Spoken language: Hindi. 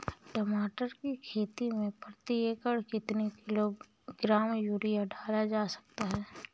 टमाटर की खेती में प्रति एकड़ कितनी किलो ग्राम यूरिया डाला जा सकता है?